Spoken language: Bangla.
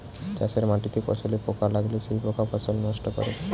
চাষের মাটিতে ফসলে পোকা লাগলে সেই পোকা ফসল নষ্ট করে